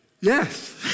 Yes